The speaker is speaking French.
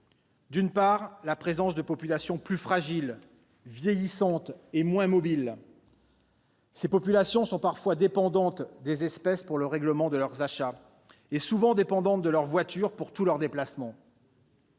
d'une part, à la présence de populations plus fragiles, vieillissantes et moins mobiles. Ces populations sont parfois dépendantes des espèces pour le règlement de leurs achats, et souvent dépendantes de leur voiture pour tous leurs déplacements.